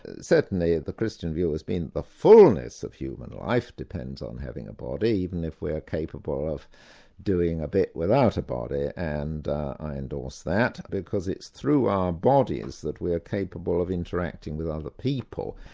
certainly the christian view has been the fullness of human life depends on having a body, even if we're capable of doing a bit without a body, and i endorse that, because it's through our bodies that we're capable of interacting with other people.